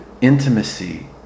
intimacy